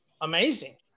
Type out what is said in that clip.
amazing